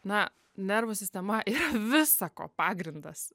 na nervų sistema yra visa ko pagrindas